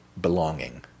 belonging